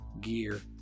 gear